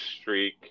streak